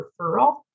referral